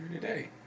today